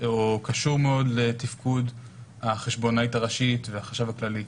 או קשור מאוד לתפקוד החשבונאית הראשית והחשב הכללי.